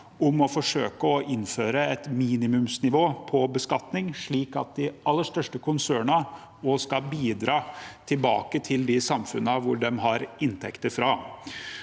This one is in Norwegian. om å forsøke å innføre et minimumsnivå på beskatning, slik at de aller største konsernene også skal bidra tilbake til de samfunnene de har inntekter fra.